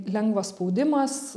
lengvas spaudimas